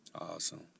Awesome